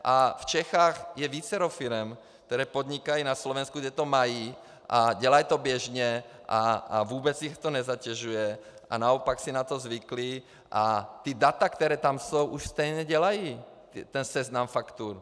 A v Čechách je vícero firem, které podnikají na Slovensku, kde to mají, a dělají to běžně a vůbec je to nezatěžuje a naopak si na to zvykly a data, která tam jsou, už stejně dělají seznam faktur.